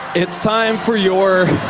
it's time for your,